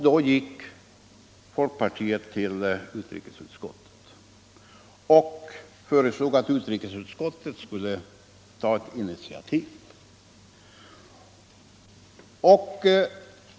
Då gick folkpartiet till utrikesutskottet och föreslog att utskottet skulle ta ett initiativ.